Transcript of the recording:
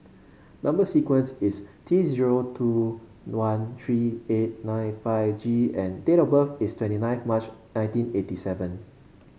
number sequence is T zero two one three eight nine five G and date of birth is twenty nine March nineteen eighty seven